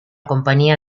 compañía